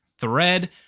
thread